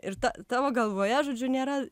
ir ta tavo galvoje žodžiu nėra